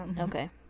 okay